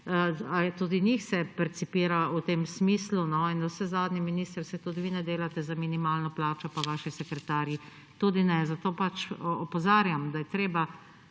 tudi njih percipira v tem smislu. Navsezadnje, minister, saj tudi vi ne delate za minimalno plačo, pa vaši sekretarji tudi ne. Zato opozarjam, da je treba